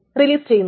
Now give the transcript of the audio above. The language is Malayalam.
റിലീസ് ചെയ്യുന്നു